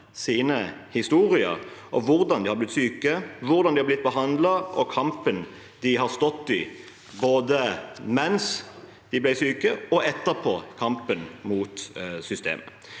sine historier om hvordan de har blitt syke, hvordan de har blitt behandlet, kampen de har stått i mens de ble syke – og etterpå kampen mot systemet.